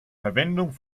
verwendung